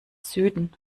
süden